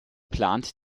plant